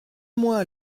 moi